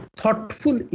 thoughtful